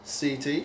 CT